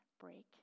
break